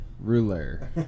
Ruler